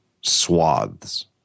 swaths